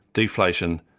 deflation,